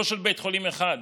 לא של בית חולים אחד,